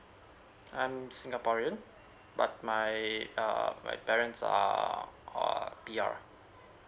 I'm singaporean but my err my parents are uh P_R